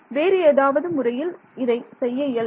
வேறு ஏதாவது முறையில் இதை செய்ய இயலுமா